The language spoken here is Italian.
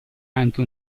anche